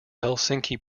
helsinki